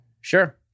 Sure